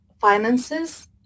finances